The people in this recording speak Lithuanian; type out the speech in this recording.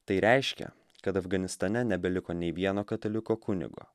tai reiškia kad afganistane nebeliko nei vieno kataliko kunigo